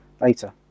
later